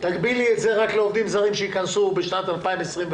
תגבילי את זה רק לעובדים שיכנסו בשנת 2021,